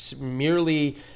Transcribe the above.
merely